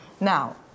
Now